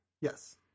Yes